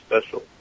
special